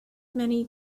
many